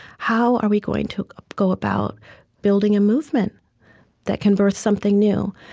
how are we going to go about building a movement that can birth something new?